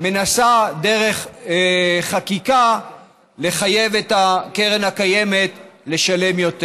ומנסה דרך חקיקה לחייב את הקרן הקיימת לשלם יותר.